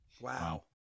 Wow